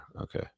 okay